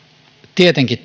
tietenkin